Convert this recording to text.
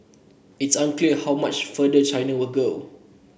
it is unclear how much farther China will go